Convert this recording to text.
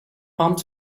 palms